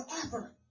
Forever